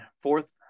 fourth